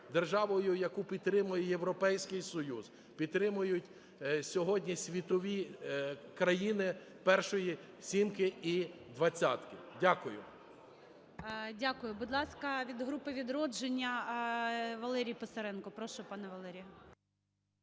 державою, яку підтримує Європейський Союз, підтримують сьогодні світові країни першої сімки і двадцятки. Дякую. ГОЛОВУЮЧИЙ. Дякую. Будь ласка, від групи "Відродження" Валерій Писаренко. Прошу, пане Валерію.